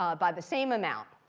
um by the same amount.